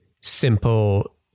simple